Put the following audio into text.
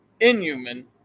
inhuman